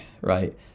right